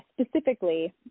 specifically